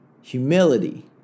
humility